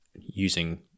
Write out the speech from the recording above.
using